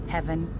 Heaven